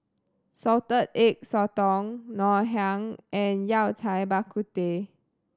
Salted Egg Sotong Ngoh Hiang and Yao Cai Bak Kut Teh